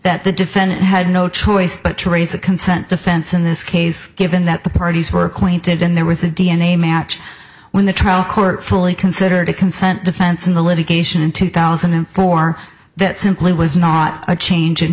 that the defendant had no choice but to raise the consent defense in this case given that the parties were acquainted and there was a d n a match when the trial court fully considered a consent defense in the litigation in two thousand and four that simply was not a change in